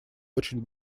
очень